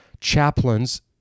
chaplains